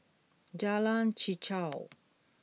Jalan Chichau